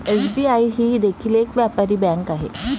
SBI ही देखील एक व्यापारी बँक आहे